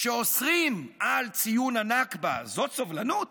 כשאוסרים את ציון הנכבה זאת סובלנות?